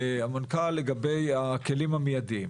המנכ"ל לגבי הכלים המיידיים?